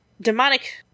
demonic